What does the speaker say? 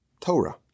Torah